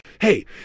Hey